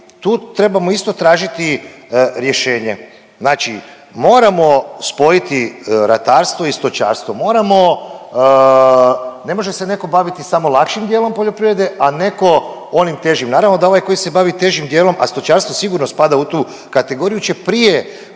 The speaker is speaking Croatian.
tu trebamo isto tražiti rješenje. Znači moramo spojiti ratarstvo i stočarstvo, moramo, ne može se netko baviti samo lakšim dijelom poljoprivrede, a netko ovim težim. Naravno da ovaj koji se bavi težim dijelom, a stočarstvo sigurno spada u tu kategoriju će prije,